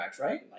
right